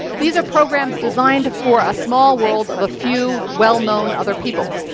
these are programs designed for a small world of a few well known other people.